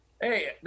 Hey